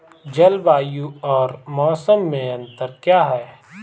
जलवायु और मौसम में अंतर क्या है?